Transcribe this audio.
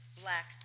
black